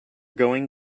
going